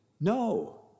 No